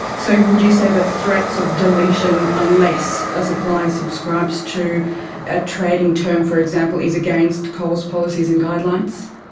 so would you say the threats of deletion unless a supplier subscribes to a trading term, for example, is against coles policies and guidelines?